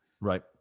Right